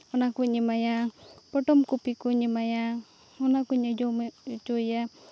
ᱚᱱᱟᱠᱚᱧ ᱮᱢᱟᱭᱟ ᱯᱚᱴᱚᱢ ᱠᱚᱯᱤ ᱠᱚᱧ ᱮᱢᱟᱭᱟ ᱚᱱᱟ ᱠᱚᱧ ᱡᱚᱢ ᱦᱚᱪᱚᱭᱮᱭᱟ